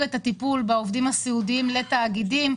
את הטיפול בעובדים הסיעודיים לתאגידים,